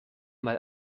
mal